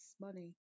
money